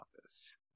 office